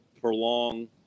prolong